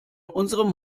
unserem